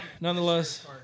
Nonetheless